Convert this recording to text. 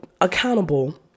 accountable